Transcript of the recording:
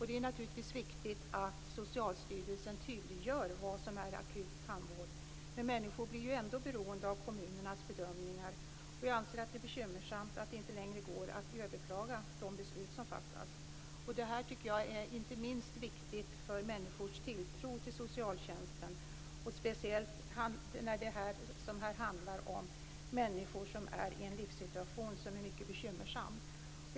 Det är naturligtvis viktigt att Socialstyrelsen tydliggör vad som är akut tandvård. Men människor blir ändå beroende av kommunernas bedömningar, och jag anser att det är bekymmersamt att det inte längre går att överklaga de beslut som fattas. Det tycker jag är inte minst viktigt för människors tilltro till socialtjänsten, speciellt när det som här handlar om människor i en livssituation som är mycket bekymmersam.